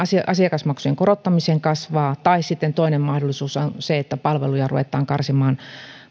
asiakasmaksujen korottamiseen kasvaa tai sitten toinen mahdollisuus on se että palveluja ruvetaan karsimaan